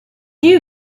you